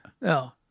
No